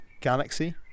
Galaxy